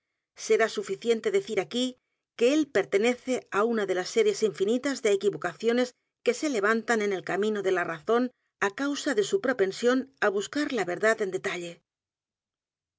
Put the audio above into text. será suficiente decir aquí que él pertenece á una de las series infinitas de equivocaciones que se levantan en el camino de la razón á causa de su propensión á b u s c a r l a verdad en detalle